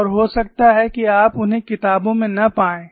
और हो सकता है कि आप उन्हें किताबों में न पाएं